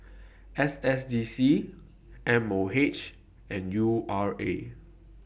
S S D C M O H and U R A